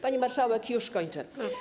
Pani marszałek, już kończę.